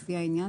לפי העניין,